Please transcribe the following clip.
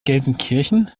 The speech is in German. gelsenkirchen